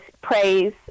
praise